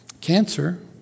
cancer